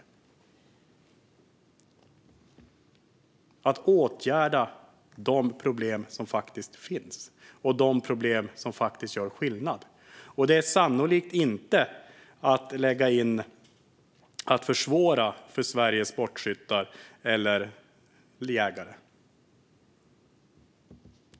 Statsrådet borde ägna sig åt att åtgärda de problem som faktiskt finns och de lösningar som gör skillnad. Det handlar sannolikt inte om att lägga fram förslag som försvårar för Sveriges sportskyttar eller jägare.